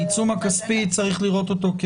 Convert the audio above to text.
העיצום הכספי צריך לראות אותו,